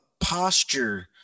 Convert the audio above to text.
posture